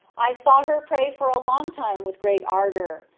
i saw her pray for a long time with great ardour,